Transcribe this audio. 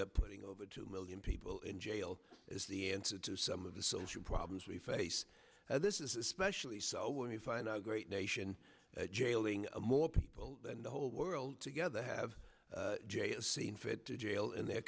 that putting over two million people in jail is the answer to some of the social problems we face now this is especially so when you find a great nation jailing more people than the whole world together have seen fit to jail in their